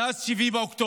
מאז 7 באוקטובר,